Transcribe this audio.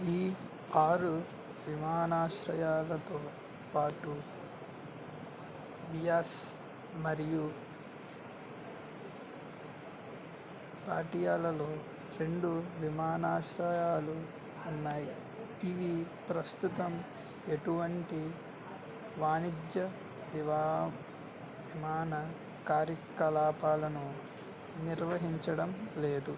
ఈ ఆరు విమానాశ్రయాలతో పాటు బియాస్ మరియు పాటియాలలో రెండు విమానాశ్రయాలు ఉన్నాయి ఇవి ప్రస్తుతం ఎటువంటి వాణిజ్య విమాన కార్యకలాపాలను నిర్వహించడం లేదు